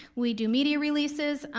we do media releases.